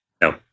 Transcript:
no